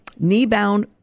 Kneebound